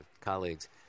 colleagues